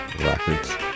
Records